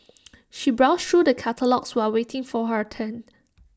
she browsed through the catalogues while waiting for her turn